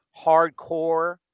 hardcore